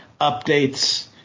updates